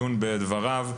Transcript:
הדיון בדבריו.